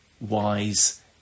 wise